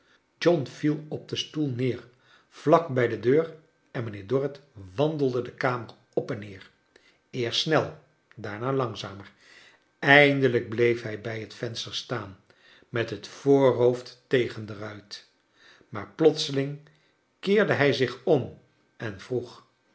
viel op den stoel neer vlak bij de deur en mijnheer dorrit wandelde de kamer op en neer eerst snel daarna langzamer eindelijk bleef hij bij het venster staan met het voorhoofd tegen de ruit maar plotseling keerde hij zich om en vroeg